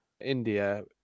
India